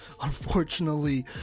unfortunately